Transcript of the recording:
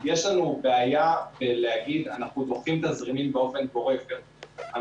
ולכן בעצם אתם מעמידים אותנו באיזושהי סיטואציה שבה